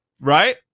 right